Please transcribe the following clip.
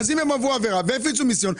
אם הם עברו עבירה והפיצו מיסיון,